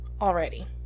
Already